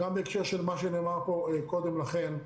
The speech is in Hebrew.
גם בהקשר למה שנאמר פה קודם לכן,